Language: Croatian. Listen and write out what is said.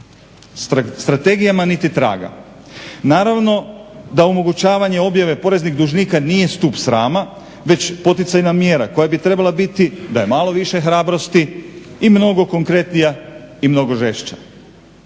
strategijama niti traga, naravno da omogućavanje objave poreznih dužnika nije stup srama, već poticajna mjera koja bi trebala biti da je malo više hrabrosti i mnogo konkretnija i mnogo žešća.